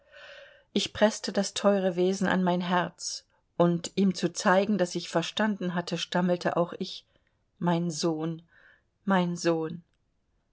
ich preßte das teure wesen an mein herz und ihm zu zeigen daß ich verstanden hatte stammelte auch ich mein sohn mein sohn